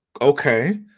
okay